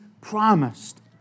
promised